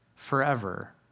forever